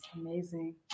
Amazing